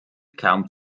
kaum